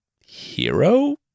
hero